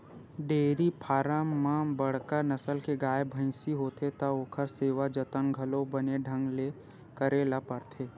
dairy farm म बड़का नसल के गाय, भइसी होथे त ओखर सेवा जतन घलो बने ढंग ले करे ल परथे